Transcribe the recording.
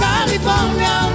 California